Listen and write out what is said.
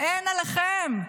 אין עליכם.